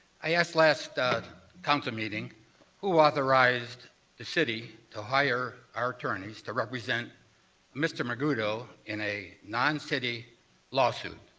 i asked last council meeting who authorized the city to hire our attorneys to represent mr. mcgutto in a noncity lawsuit.